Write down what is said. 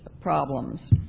problems